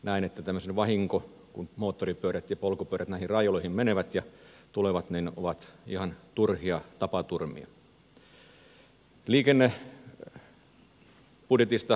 näen että tämmöiset vahingot joissa moottoripyörät ja polkupyörät näihin railoihin menevät ovat ihan turhia tapaturmia